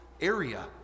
area